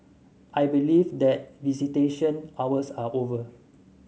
I believe that visitation hours are over